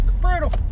brutal